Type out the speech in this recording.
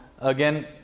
again